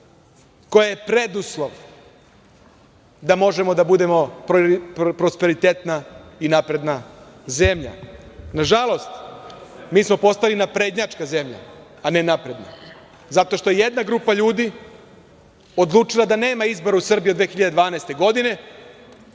koja je preduslov da možemo da budemo prosperitetna i napredna zemlja. Nažalost mi smo postali naprednjačka zemlja, a ne napredna zato što jedna grupa ljudi odlučila da nema izbora u Srbiji od 2012. godine